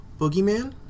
boogeyman